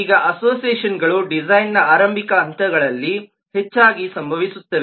ಈಗ ಅಸೋಸಿಯೇಷನ್ಗಳು ಡಿಸೈನ್ನ ಆರಂಭಿಕ ಹಂತಗಳಲ್ಲಿ ಹೆಚ್ಚಾಗಿ ಸಂಭವಿಸುತ್ತವೆ